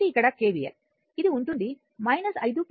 కాబట్టి ఇక్కడ KVL ఇది ఉంటుంది 5 0